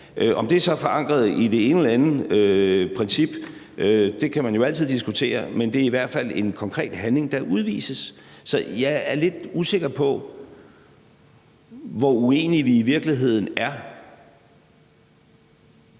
Om det så er forankret i det ene eller det andet princip, kan man jo altid diskutere. Men det er i hvert fald en konkret handling, der udvises. Så jeg er lidt usikker på, hvor uenige vi i virkeligheden er.